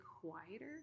quieter